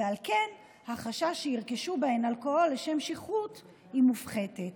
ועל כן החשש שירכשו בהן אלכוהול לשם שכרות היא מופחתת.